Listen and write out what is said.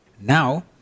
Now